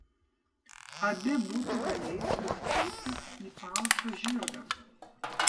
abi būtų galėjusios kreiptis į palšą žirgą